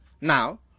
Now